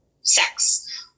sex